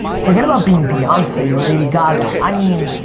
forget about being beyonce, or lady gaga, i mean,